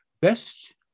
best